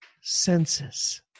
senses